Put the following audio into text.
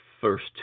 first